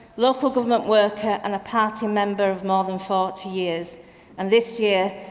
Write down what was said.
local government worker and a party member of more than forty years and this year,